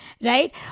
right